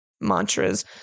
mantras